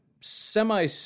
Semi